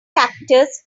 cactus